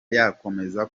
yakomeza